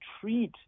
treat